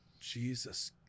Jesus